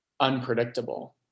unpredictable